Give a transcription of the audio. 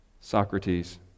Socrates